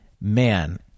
man